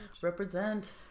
Represent